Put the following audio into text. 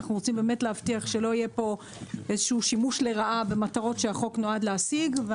ואנחנו רוצים להבטיח שלא יהיה פה שימוש לרעה במטרות שהחוק נועד להשיג.